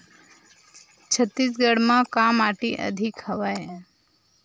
छत्तीसगढ़ म का माटी अधिक हवे?